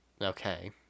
Okay